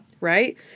Right